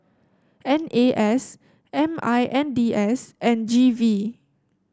N A S M I N D S and G V